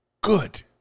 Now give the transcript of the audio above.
Good